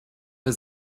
für